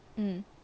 mm